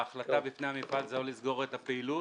ההחלטה בפני המפעל זה או לסגור את הפעילות